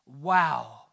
wow